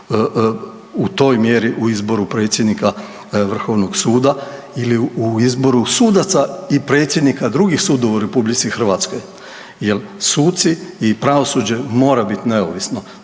u toj mjeri u izboru predsjednika VSRH ili u izboru sudaca i predsjednika drugih sudova u RH jer, suci i pravosuđe mora biti neovisno.